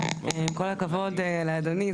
עם כל הכבוד לאדוני,